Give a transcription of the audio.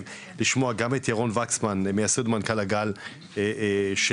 ולשמוע גם את ירון וקסמן מייסד הגל שלי,